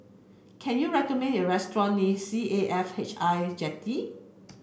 can you recommend a restaurant near C A F H I Jetty